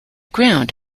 ground